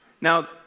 Now